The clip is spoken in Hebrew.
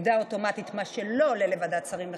עמדה אוטומטית: מה שלא עולה לוועדת שרים לחקיקה,